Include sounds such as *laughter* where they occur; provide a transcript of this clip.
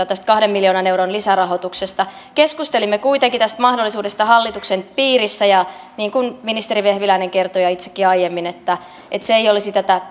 *unintelligible* tästä kahden miljoonan euron lisärahoituksesta keskustelimme kuitenkin tästä mahdollisuudesta hallituksen piirissä ja niin kuin ministeri vehviläinen kertoi ja itsekin aiemmin kerroin se ei olisi tätä *unintelligible*